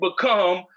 become